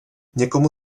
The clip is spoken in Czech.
někomu